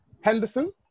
Henderson